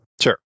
Sure